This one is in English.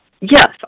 Yes